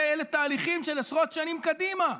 אלה תהליכים של עשרות שנים קדימה.